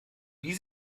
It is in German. wie